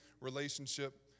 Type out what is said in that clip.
relationship